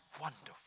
wonderful